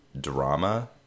drama